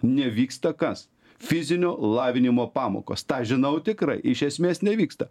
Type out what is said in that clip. nevyksta kas fizinio lavinimo pamokos tą žinau tikrai iš esmės nevyksta